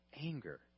Anger